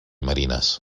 marines